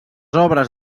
obres